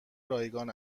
رایگان